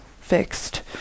fixed